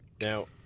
Now